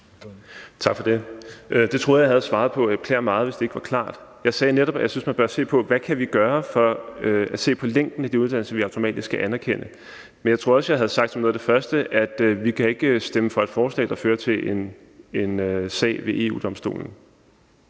Tak for det. Det troede jeg jeg havde svaret på, men jeg beklager meget, hvis ikke det var klart. Jeg sagde netop, at jeg synes, man bør se på, hvad vi kan gøre med hensyn til længden af de uddannelser, vi automatisk skal anerkende. Men jeg tror også, jeg som noget af det første sagde, at vi ikke kan stemme for et forslag, der fører til en sag ved EU-Domstolen.